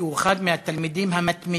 כי הוא אחד מהתלמידים המתמידים